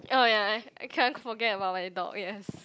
oh ya I can't forget about my dog yes